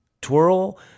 twirl